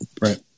Right